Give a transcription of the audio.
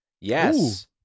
Yes